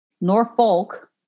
Norfolk